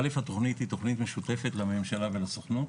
התוכנית היא תוכנית משותפת לממשלה ולסוכנות